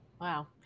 Wow